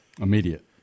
immediate